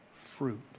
fruit